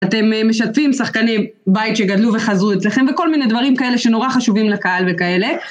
אתם משתפים, שחקנים בית שגדלו וחזרו אצלכם וכל מיני דברים כאלה שנורא חשובים לקהל וכאלה.